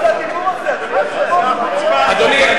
מה זה הדיבור הזה, אדוני היושב-ראש?